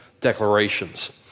declarations